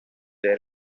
their